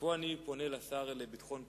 ופה אני פונה לשר לביטחון הפנים,